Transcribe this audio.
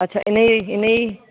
अच्छा इन ई इन ई